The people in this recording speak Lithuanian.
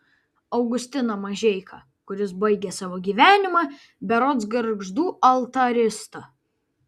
augustiną mažeiką kuris baigė savo gyvenimą berods gargždų altarista